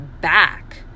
back